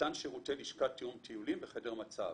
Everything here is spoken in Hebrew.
מתן שירותי לשכת תיאום טיולים וחדר מצב.